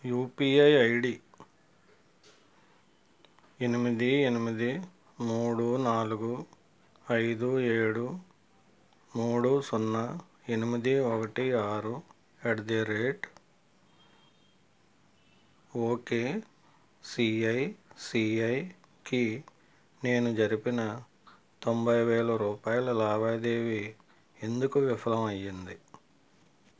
UPI ID ఎనిమిది ఎనిమిది మూడు నాలుగు ఐదు ఏడు మూడు సున్నా ఎనిమిది ఒకటి ఆరు ఎట్ ది రేట్ ఓకె సిఐసిఐకి నేను జరిపిన తొంభై వేల రూపాయల లావాదేవీ ఎందుకు విఫలం అయింది